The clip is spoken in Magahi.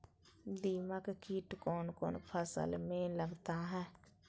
दीमक किट कौन कौन फसल में लगता है?